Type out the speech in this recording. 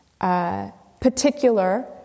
particular